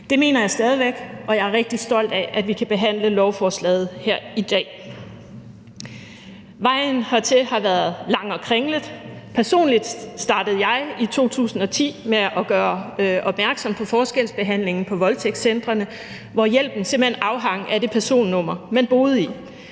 Det mener jeg stadig væk, og jeg er rigtig stolt af, at vi kan behandle lovforslaget her i dag. Vejen hertil har været lang og kringlet. Personligt startede jeg i 2010 med at gøre opmærksom på forskelsbehandlingen på voldtægtscentrene, hvor hjælpen simpelt hen afhang af det postnummer, man boede i.